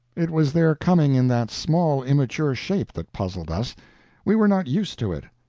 it was their coming in that small immature shape that puzzled us we were not used to it.